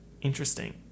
Interesting